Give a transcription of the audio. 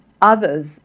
Others